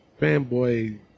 fanboy